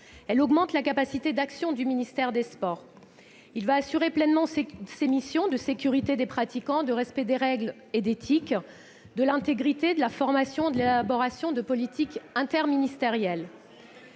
Elle augmente la capacité d'action du ministère des sports, qui va assurer pleinement ses missions de sécurité des pratiquants, de respect des règles et d'éthique, de l'intégrité, de la formation, de l'élaboration de politiques interministérielles.